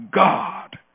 God